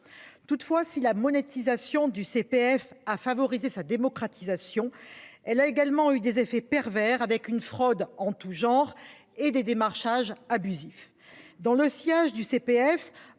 Toutefois, si la monétisation du CPF a favoriser sa démocratisation. Elle a également eu des effets pervers avec une fraude en tous genres et des démarchages abusifs dans le sillage du CPF